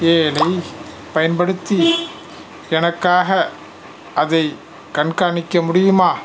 ஏழைப் பயன்படுத்தி எனக்காக அதைக் கண்காணிக்க முடியுமா